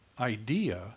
idea